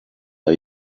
are